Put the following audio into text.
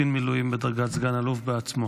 קצין מילואים בדרגת סגן אלוף בעצמו.